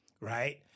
right